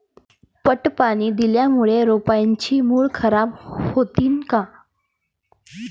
पट पाणी दिल्यामूळे रोपाची मुळ खराब होतीन काय?